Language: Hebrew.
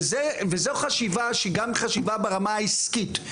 וזו חשיבה שהיא גם חשיבה ברמה העסקית,